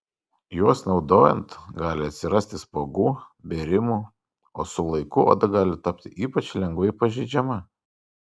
juos naudojant gali atsirasti spuogų bėrimų o su laiku oda gali tapti ypač lengvai pažeidžiama